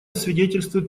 свидетельствует